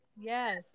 Yes